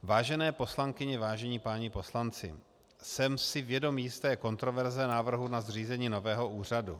Vážené poslankyně, vážení páni poslanci, jsem si vědom jisté kontroverze návrhu na zřízení nového úřadu.